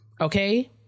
Okay